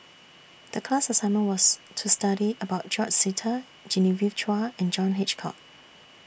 The class assignment was to study about George Sita Genevieve Chua and John Hitchcock